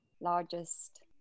largest